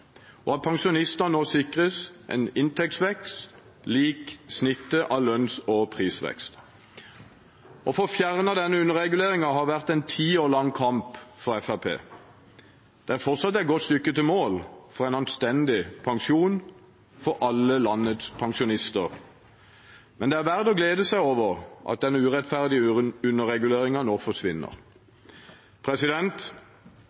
og at pensjonistene nå sikres en inntektsvekst lik snittet av lønns- og prisveksten. Å få fjernet denne underreguleringen har vært en ti år lang kamp for Fremskrittspartiet. Det er fortsatt et godt stykke til mål for en anstendig pensjon for alle landets pensjonister, men det er verdt å glede seg over at denne urettferdige underreguleringen nå